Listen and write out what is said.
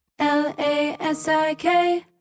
LASIK